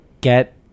get